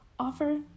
Offer